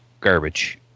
garbage